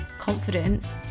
confidence